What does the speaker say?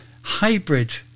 hybrid